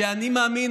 אני מאמין,